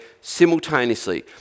simultaneously